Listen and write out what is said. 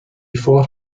fought